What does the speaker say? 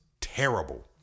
terrible